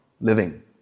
living